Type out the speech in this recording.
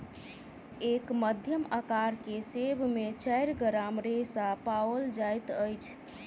एक मध्यम अकार के सेब में चाइर ग्राम रेशा पाओल जाइत अछि